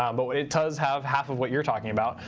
um but it does have half of what you're talking about,